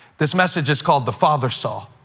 this message is called the father saw.